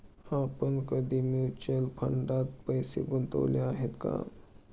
आपण कधी म्युच्युअल फंडात पैसे गुंतवले आहेत का?